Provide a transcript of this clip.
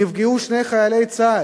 נפגעו שני חיילי צה"ל,